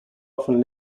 often